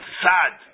sad